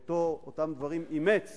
שאת אותם דברים אימץ